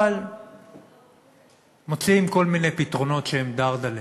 אבל מוצאים כל מיני פתרונות שהם "דרדלה".